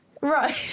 Right